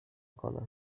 کنن